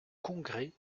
congrès